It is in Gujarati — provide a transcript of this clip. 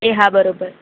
એ હા બરાબર